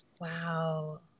Wow